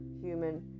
human